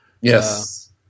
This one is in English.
Yes